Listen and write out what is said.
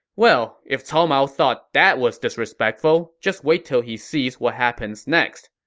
well, if cao mao thought that was disrespectful, just wait till he sees what happens next.